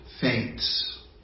faints